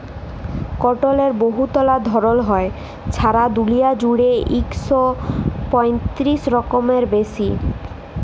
কটলের বহুতলা ধরল হ্যয়, ছারা দুলিয়া জুইড়ে ইক শ পঁয়তিরিশ রকমেরও বেশি